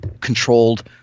controlled